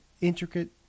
intricate